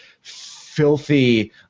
filthy